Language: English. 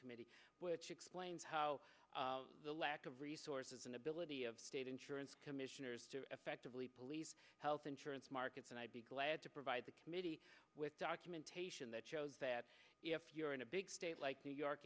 committee which explains how the lack of resources and ability of state insurance commissioners to effectively police health insurance markets and i'd be glad to provide the committee with documentation that shows that if you're in a big state like new york